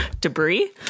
Debris